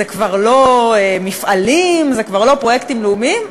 זה כבר לא מפעלים, זה כבר לא פרויקטים לאומיים.